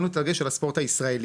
שמנו את הדגש על הספורט הישראלי,